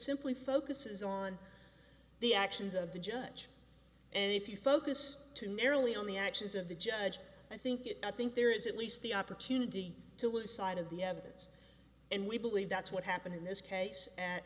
simply focuses on the actions of the judge and if you focus too narrowly on the actions of the judge i think it i think there is at least the opportunity to look at side of the evidence and we believe that's what happened in this case at